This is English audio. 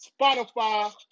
Spotify